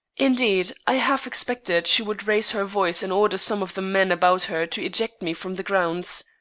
indeed, i half expected she would raise her voice and order some of the men about her to eject me from the grounds.